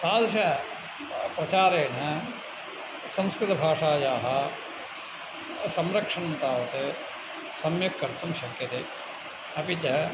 तादृशप्रचारेण संस्कृतभाषायाः संरक्षणं तावत् सम्यक् कर्तुं शक्यते अपि च